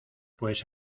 pues